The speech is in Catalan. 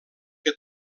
que